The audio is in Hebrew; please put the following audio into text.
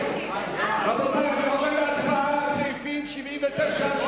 קבוצת חד"ש,